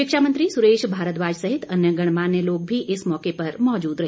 शिक्षा मंत्री सुरेश भारद्वाज सहित अन्य गणमान्य लोग भी इस मौके पर मौजूद रहे